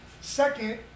Second